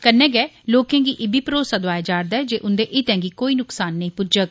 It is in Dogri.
कन्नै गै लोकें गी इब्बी भरोसा दोआया जा'रदा ऐ जे उंदे हितैं गी कोई नुक्सान नेईं पुज्जग